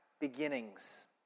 beginnings